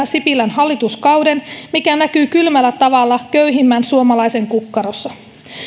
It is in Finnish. sipilän hallituskauden mikä näkyy kylmällä tavalla köyhimmän suomalaisen kukkarossa